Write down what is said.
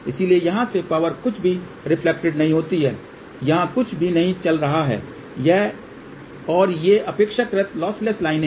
इसलिएयहाँ से पावर कुछ भी रेफ्लेक्टेड नहीं होती है यहाँ कुछ भी नहीं चल रहा है और ये अपेक्षाकृत लॉसलेस लाइन हैं